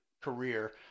career